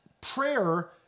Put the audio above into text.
Prayer